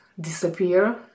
disappear